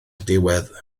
diwedd